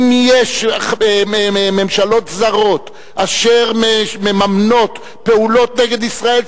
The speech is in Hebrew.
אם יש ממשלות זרות אשר מממנות פעולות נגד ישראל,